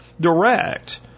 direct